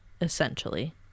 essentially